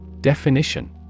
Definition